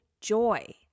joy